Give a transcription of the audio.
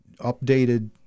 updated